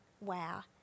Wow